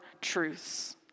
truths